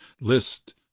list